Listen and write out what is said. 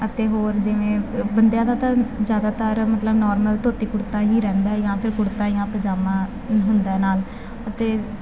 ਅਤੇ ਹੋਰ ਜਿਵੇਂ ਬੰਦਿਆਂ ਦਾ ਤਾਂ ਜ਼ਿਆਦਾਤਰ ਮਤਲਬ ਨੋਰਮਲ ਧੋਤੀ ਕੁੜਤਾ ਹੀ ਰਹਿੰਦਾ ਜਾਂ ਫਿਰ ਕੁੜਤਾ ਜਾਂ ਪਜਾਮਾ ਹੁੰਦਾ ਨਾਲ ਅਤੇ